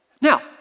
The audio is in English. Now